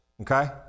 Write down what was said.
okay